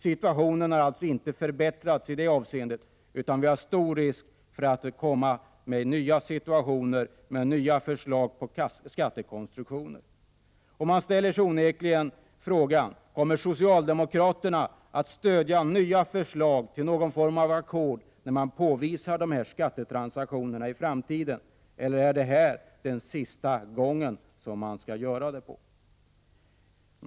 Situationen är alltså inte förbättrad, utan det är stor risk för nya situationer med nya förslag om skattekonstruktioner. Man ställer sig onekligen frågan: Kommer socialdemokraterna att stödja nya förslag till någon form av ackord när man i framtiden påvisar dessa skattetransaktioner, eller är detta sista gången?